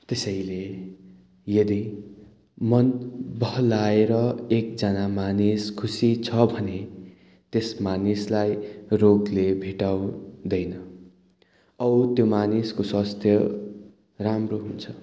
त्यसैले यदि मन बहलाएर एकजना मानिस खुसी छ भने त्यस मानिसलाई रोगले भेटाउँदैन औ त्यो मानिसको स्वास्थ्य राम्रो हुन्छ